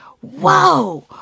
whoa